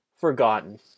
forgotten